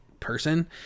Person